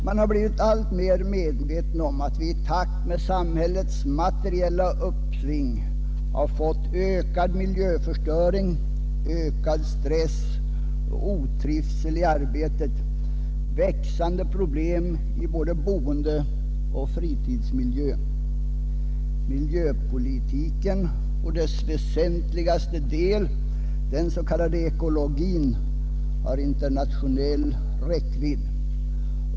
Man har blivit alltmer medveten om att vi i takt med samhällets materiella uppsving har fått ökad miljöförstöring, mera stress och otrivsel i arbetet, växande problem i boendeoch fritidsmiljön, etc. Miljöpolitiken och dess väsentligaste del, den s.k. ekologin, har internationell räckvidd.